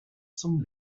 zum